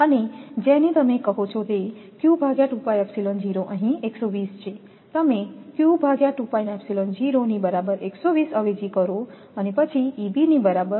અને જેને તમે કહો છો તે અહીં 120 છે તમે અવેજી કરો પછી ની બરાબર2